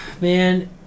man